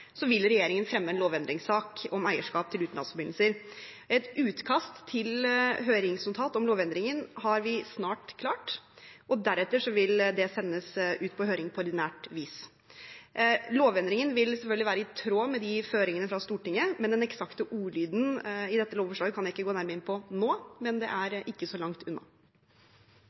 vil regjeringen fremme en lovendringssak om eierskap til utenlandsforbindelser. Et utkast til høringsnotat om lovendringen har vi snart klart, og deretter vil det sendes ut på høring på ordinært vis. Lovendringen vil selvfølgelig være i tråd med føringene fra Stortinget. Den eksakte ordlyden i dette lovforslaget kan jeg ikke gå nærmere inn på nå, men det er ikke så langt unna.